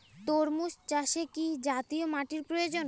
তরমুজ চাষে কি জাতীয় মাটির প্রয়োজন?